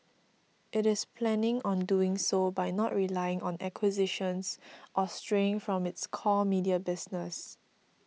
it is planning on doing so by not relying on acquisitions or straying from its core media business